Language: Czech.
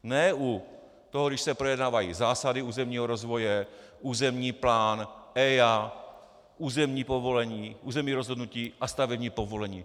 Ne u toho, když se projednávají zásady územního rozvoje, územní plán, EIA, územní povolení, územní rozhodnutí a stavební povolení.